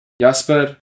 Jasper